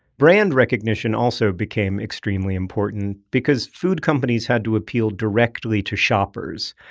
brand recognition also became extremely important, because food companies had to appeal directly to shoppers,